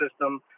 system